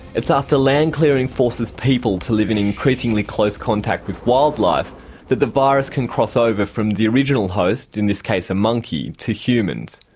it's after land clearing forces people to live in increasingly close contact with wildlife that the virus can cross ah over from the original host, in this case a monkey, to humans.